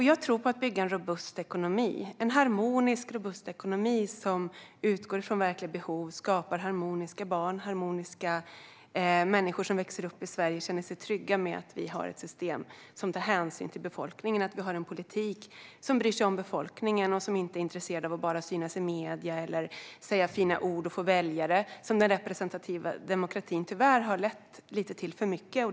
Jag tror på att bygga en harmonisk robust ekonomi som utgår från verkliga behov och som skapar harmoniska människor som växer upp i Sverige och känner sig trygga med att vi har ett system som tar hänsyn till befolkningen och politiker som bryr sig om befolkningen och inte bara vill synas i medierna och säga fina ord för att få väljare, vilket tyvärr lite för mycket har varit fallet för den representativa demokratin.